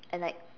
and like